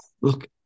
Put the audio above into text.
look